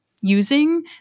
using